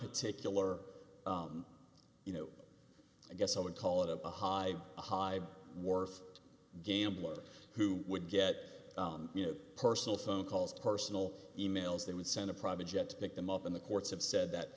particular you know i guess i would call it a high high worth gambler who would get you know personal phone calls personal e mails they would send a private jet to pick them up and the courts have said that